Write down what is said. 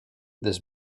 this